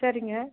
சரிங்க